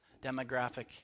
demographic